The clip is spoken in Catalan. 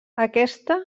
aquesta